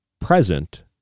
present